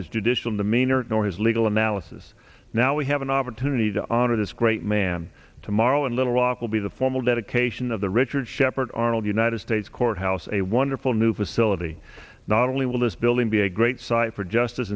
judicial demeanor nor his legal analysis now we have an opportunity to honor this great man tomorrow in little rock will be the formal dedication of the richard sheppard arnold united states courthouse a wonderful new facility not only will this building be a great site for justice